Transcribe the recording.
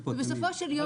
בסופו של יום,